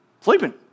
Sleeping